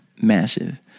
massive